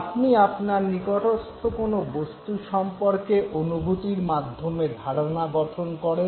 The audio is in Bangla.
আপনি আপনার নিকটস্থ কোনো বস্তু সম্পর্কে অনুভূতির মাধ্যমে ধারণা গঠন করেন